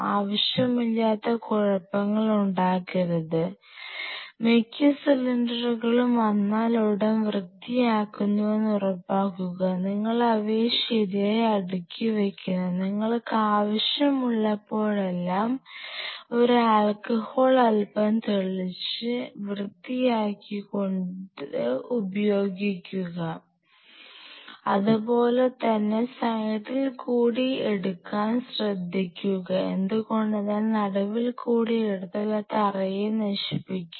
ആവശ്യമില്ലാത്ത കുഴപ്പങ്ങൾ ഉണ്ടാക്കരുത് മിക്ക സിലിണ്ടറുകളും വന്നാലുടൻ വൃത്തിയാക്കുന്നുവെന്ന് ഉറപ്പാക്കുക നിങ്ങൾ അവയെ ശരിയായി അടുക്കി വയ്ക്കണം നിങ്ങൾക്കാവശ്യമുള്ളപ്പോഴെല്ലാം ഒരു ആൽക്കഹോൾ അല്പംതളിച്ച് വൃത്തിയാക്കി ഉപയോഗിക്കുകഅത് പോലെ തന്നെ സൈഡിൽ കൂടി എടുക്കാൻ ശ്രെദ്ധിക്കുക എന്തുകൊണ്ടെന്നാൽ നടുവിൽ കൂടി എടുത്താൽ അത് തറയെ നശിപ്പിക്കും